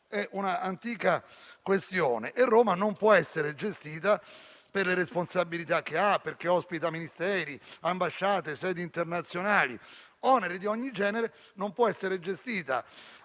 È un'antica questione: Roma, per le responsabilità che ha, perché ospita Ministeri, ambasciate, sedi internazionali e ha oneri di ogni genere, non può essere gestita,